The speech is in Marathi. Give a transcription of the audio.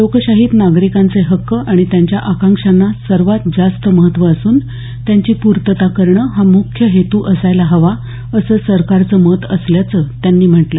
लोकशाहीत नागरिकांचे हक्क आणि त्यांच्या आकांक्षांना सर्वात जास्त महत्त्व असून त्यांची पूर्तता करणं हा मुख्य हेतू असायला हवा असं सरकारचं मत असल्याचं त्यांनी म्हटलं